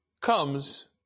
comes